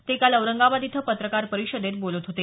ते काल औरंगाबाद इथं पत्रकार परिषदेत बोलत होते